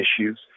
issues